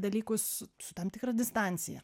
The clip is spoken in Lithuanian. dalykus su tam tikra distancija